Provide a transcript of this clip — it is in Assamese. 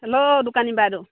হেল্ল' দোকানী বাইদেউ